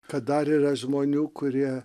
kad dar yra žmonių kurie